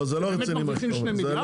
שהם באמת מרוויחים שני מיליארד?